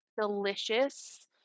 delicious